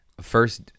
First